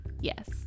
Yes